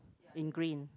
in green